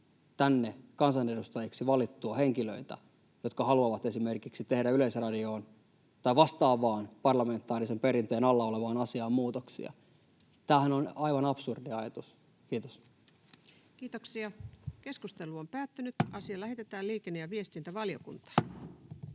tänne kansanedustajiksi 100 prosenttia henkilöitä, jotka haluavat esimerkiksi tehdä Yleisradioon tai vastaavaan parlamentaarisen perinteen alla olevaan asiaan muutoksia. Tämähän on aivan absurdi ajatus. — Kiitos. [Speech 80] Speaker: Jussi Halla-aho